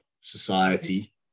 society